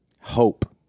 Hope